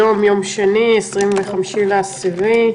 היום יום שני, 25 באוקטובר 2021,